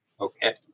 Okay